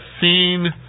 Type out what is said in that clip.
seen